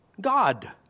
God